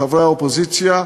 חברי האופוזיציה,